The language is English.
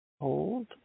hold